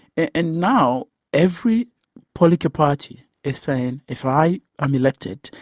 and now every political party is saying, if i am elected,